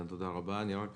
אני רק